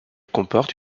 comporte